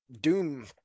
Doom